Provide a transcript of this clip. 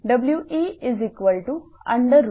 WeF2WWi2F2WT21